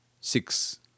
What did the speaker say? Six